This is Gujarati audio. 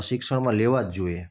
શિક્ષણમાં લેવા જ જોઈએ